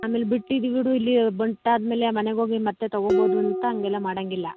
ಆಮೇಲೆ ಬಿಟ್ಟಿದ್ದೆ ಬಿಡು ಇಲ್ಲಿ ಬಂಟಾದ್ಮೇಲೆ ಮನೆಗೋಗಿ ಮತ್ತೆ ತಗೋಬೋದು ಅಂತ ಹಂಗೆಲ್ಲಾ ಮಾಡೋಂಗಿಲ್ಲ